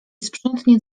sprzątnie